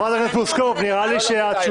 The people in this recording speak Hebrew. שנייה.